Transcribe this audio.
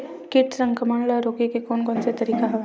कीट संक्रमण ल रोके के कोन कोन तरीका हवय?